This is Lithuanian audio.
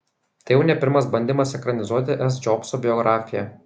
tai jau ne pirmas bandymas ekranizuoti s džobso biografiją